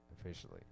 officially